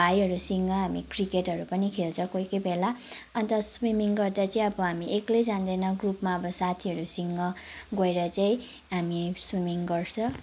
भाइहरूसँग हामी क्रिकेटहरू पनि खेल्छ कोही कोही बेला अन्त स्विमिङ गर्दा चाहिँ अब हामी एक्लै जाँदैन ग्रुपमा अब साथीहरूसँग गएर चाहिँ हामी स्विमिङ गर्छ